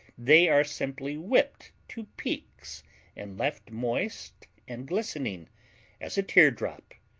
they are simply whipped to peaks and left moist and glistening as a teardrop,